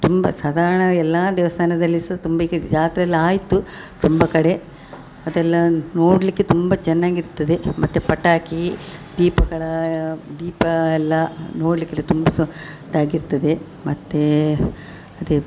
ತುಂಬ ಸಾಧಾರ್ಣ ಎಲ್ಲಾ ದೇವ್ಸ್ಥಾನದಲ್ಲೊ ಸ ತುಂಬಿಕೆ ಜಾತ್ರೆ ಎಲ್ಲಾ ಆಯಿತು ತುಂಬ ಕಡೆ ಅದೆಲ್ಲ ನೋಡಲ್ಲಿಕ್ಕೆ ತುಂಬ ಚೆನ್ನಾಗಿರ್ತದೆ ಮತ್ತು ಪಟಾಕಿ ದೀಪಗಳು ದೀಪ ಎಲ್ಲ ನೋಡ್ಲಿಕ್ಕೆಲ್ಲ ತುಂಬ ಸೊ ಟಾಗ್ ಇರ್ತದೆ ಮತ್ತು ಅದೇ